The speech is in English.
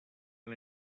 and